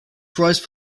prized